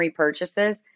repurchases